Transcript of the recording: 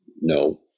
no